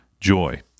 joy